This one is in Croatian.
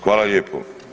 Hvala lijepo.